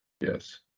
yes